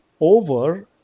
over